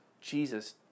Jesus